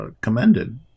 commended